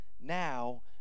now